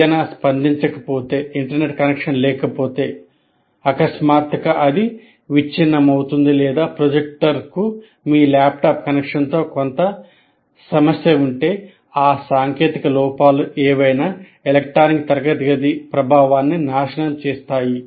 ఏదైనా స్పందించకపోతే internet connection లేకపోతే అకస్మాత్తుగా అది విచ్ఛిన్నమవుతుంది లేదా ప్రొజెక్టర్కు మీ ల్యాప్టాప్ కనెక్షన్తో మీకు కొంత సమస్య ఉంటే ఆ సాంకేతిక లోపాలు ఏవైనా ఎలక్ట్రానిక్ తరగతి గది ప్రభావాన్ని నాశనం చేస్తాయి